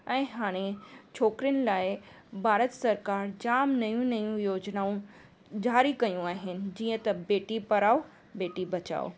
ऐं हाणे छोकिरीयुनि लाइ भारत सरकारु जाम नयूं नयूं योजनाऊं ज़ारी कयूं आहिनि जीअं त बेटी पढ़ाओ बेटी बचाओ